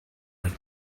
have